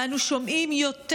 ואנו שומעים יותר